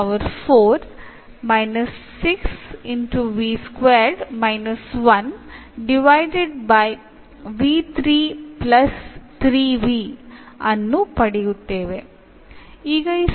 ഇപ്പോൾ ഇത് variable separable ഫോമിലാണ്